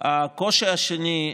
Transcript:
הקושי השני,